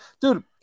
dude